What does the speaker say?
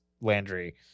Landry